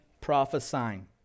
prophesying